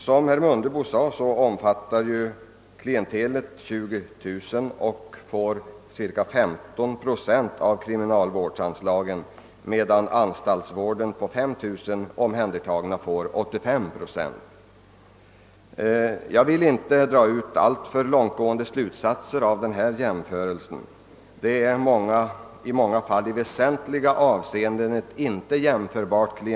Såsom herr Mundebo framhöll får frivårdsklientelet, 20000 man, cirka 15 procent av kriminalvårdsanslagen, me dan anstaltsvårdens 5 000 omhändertagna får 85 procent. Jag skall inte dra några alltför långtgående slutsatser av denna jämförelse. — I många väsentliga avseenden är klientelet inte alls jämförbart.